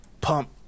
pump